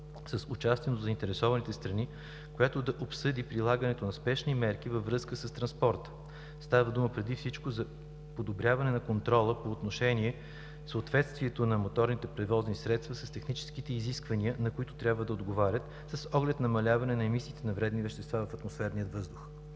с участие на заинтересованите страни, която да обсъди прилагането на спешни мерки във връзка с транспорта. Преди всичко става дума за подобряване на контрола по отношение съответствието на моторните превозни средства с техническите изисквания, на които трябва да отговарят, с оглед намаляване на емисиите на вредни вещества в атмосферния въздух.